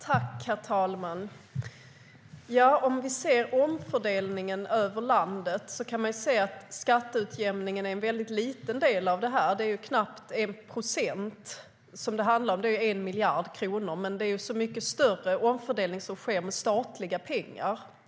Herr talman! Om vi tittar på omfördelningen över landet kan vi se att skatteutjämningen är en liten del. Det handlar om knappt 1 procent. Det är 1 miljard kronor, men mycket större omfördelning sker med statliga pengar.